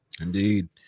Indeed